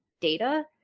data